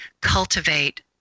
cultivate